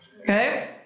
Okay